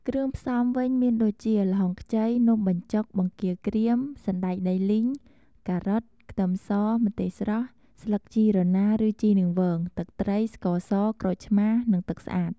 គ្រឿងផ្សំវិញមានដូចជា ល្ហុងខ្ចី នំបញ្ចុក បង្គាក្រៀម សណ្ដែកដីលីង ការ៉ុត ខ្ទឹមស ម្ទេសស្រស់ ស្លឹកជីរណាឬជីនាងវង ទឹកត្រី ស្ករស ក្រូចឆ្មារ និងទឹកស្អាត។